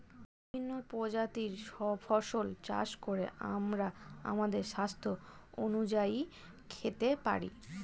বিভিন্ন প্রজাতির ফসল চাষ করে আমরা আমাদের স্বাস্থ্য অনুযায়ী খেতে পারি